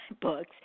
books